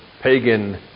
pagan